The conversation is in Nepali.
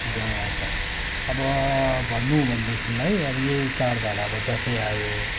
र अब अब भन्नु हो भनेदेखिलाई अब यही चाडबाड अब दसैँ आयो